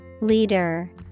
Leader